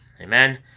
Amen